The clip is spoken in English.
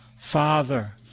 Father